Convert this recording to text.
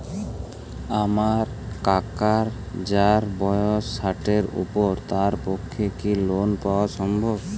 আমার কাকা যাঁর বয়স ষাটের উপর তাঁর পক্ষে কি লোন পাওয়া সম্ভব?